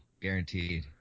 guaranteed